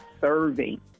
serving